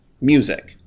music